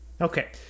Okay